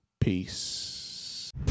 Peace